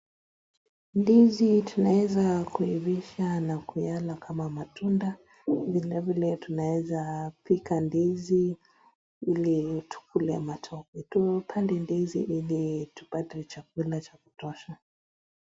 Ndizi tunaweza kuivisha na kuyala kama matunda, vilevile tunaweza pika ndizi ili tukule matoke , tupande ndizi ili tupate chakula cha kutosha.